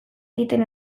egiten